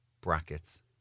brackets